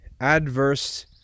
adverse